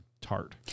tart